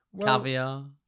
Caviar